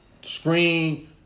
Screen